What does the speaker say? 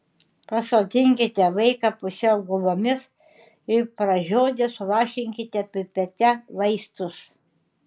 pasodinkite vaiką pusiau gulomis ir pražiodę sulašinkite pipete vaistus